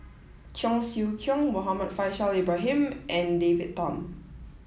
Cheong Siew Keong Muhammad Faishal Ibrahim and David Tham